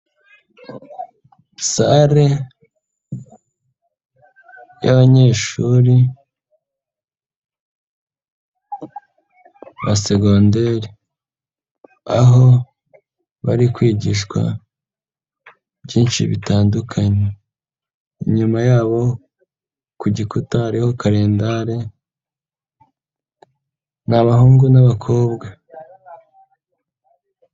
Sare y'abanyeshuri ba segonderi aho bari kwigishwa byinshi bitandukanye, inyuma yabo ku gikuta hariho kalendale, ni abahungu n'abakobwa.